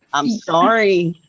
i'm sorry?